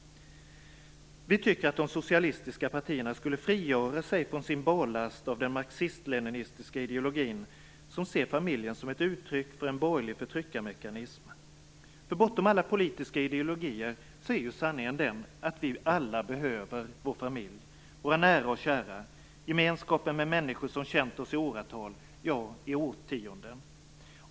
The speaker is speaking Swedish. Vi tycker att de socialistiska partierna skall frigöra sig från sin barlast av den marxist-leninistiska ideologin, som ser familjen som ett uttryck för en borgerlig förtryckarmekanism. Bortom alla politiska ideologier är ju sanningen att vi alla behöver vår familj, våra nära och kära - gemenskapen med människor som känt oss i åratal, ja, i årtionden.